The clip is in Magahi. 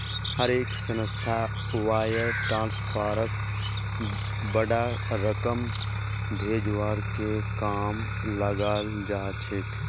हर एक संस्थात वायर ट्रांस्फरक बडा रकम भेजवार के कामत लगाल जा छेक